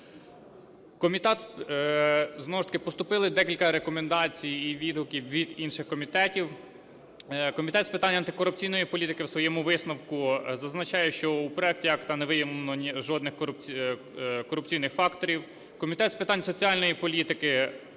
Комітет з питань антикорупційної політики у своєму висновку зазначає, що в проекті акта не виявлено жодних корупційних факторів. Комітет з питань соціальної політики